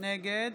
נגד